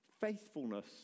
faithfulness